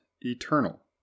eternal